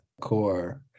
core